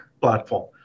platform